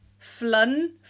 Flun